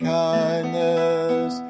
kindness